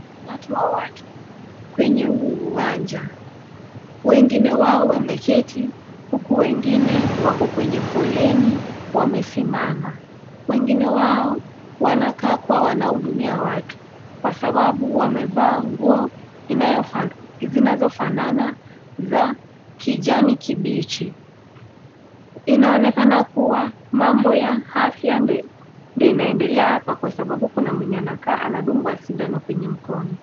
Umati wa watu kwenye huu uwanja. Wengine wao wameketi huku wengine wako kwenye foleni wamesimama. Wengine wao wanakaa kuwa wanahudumia watu kwa sababu wamevaa nguo zinazofanana za kijani kibichi. Inaonekana kuwa mambo ya afya ndiyo inaendelea hapa kwa sababu kuna mwenye anakaa anadugwa sindano kwenye mkono.